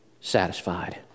satisfied